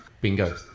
Bingo